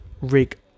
rig